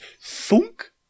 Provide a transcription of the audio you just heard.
thunk